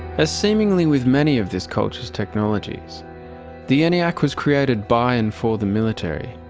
as seemingly with many of this culture's technologies the eniac was created by and for the military.